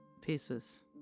pieces